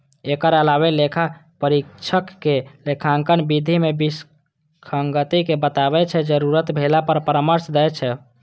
एकर अलावे लेखा परीक्षक लेखांकन विधि मे विसंगति कें बताबै छै, जरूरत भेला पर परामर्श दै छै